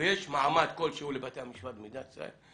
ויש מעמד כלשהו לבתי המשפט במדינת ישראל,